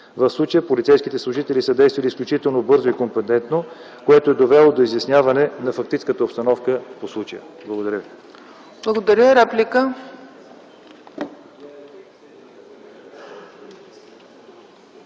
В случая полицейските служители са действали изключително бързо и компетентно, което е довело до изясняване на фактическата обстановка по случая. Благодаря ви. ПРЕДСЕДАТЕЛ